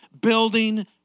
building